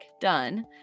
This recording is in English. done